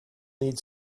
need